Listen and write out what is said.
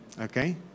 Okay